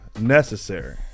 necessary